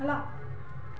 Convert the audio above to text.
ହେଲା